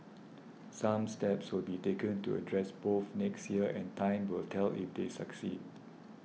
some steps will be taken to address both next year and time will tell if they succeed